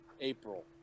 April